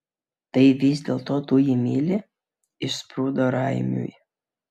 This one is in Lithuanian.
tai vis dėlto tu jį myli išsprūdo raimiui